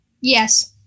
Yes